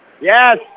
Yes